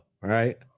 Right